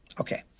Okay